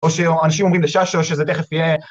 ‫או שאנשים אומרים לששא ‫שזה תכף יהיה...